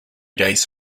days